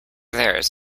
theirs